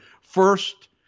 first